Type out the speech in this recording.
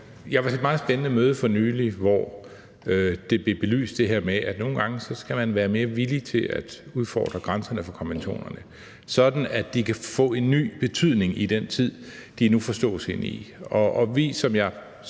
Jeg var til et meget spændende møde for nylig, hvor det her med, at nogle gange skal man være mere villig til at udfordre grænserne for konventionerne, blev belyst, sådan at de kan få en ny betydning i den tid, de nu forstås ind i.